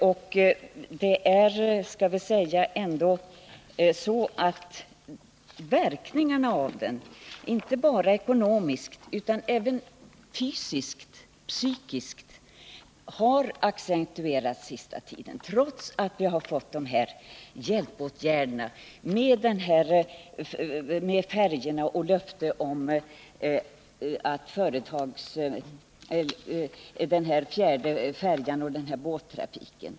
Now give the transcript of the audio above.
Och verkningarna av den, inte bara ekonomiskt utan även fysiskt och psykiskt, har accentuerats under den senaste tiden, trots de hjälpåtgärder som har satts in — de tre färjorna, löftet om en fjärde färja och om båttrafik.